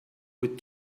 with